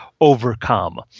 overcome